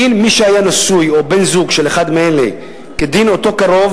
דין מי שהיה נשוי או בן-זוג של אחד מאלה כדין אותו קרוב